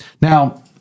Now